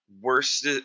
worst